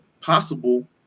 possible